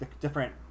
different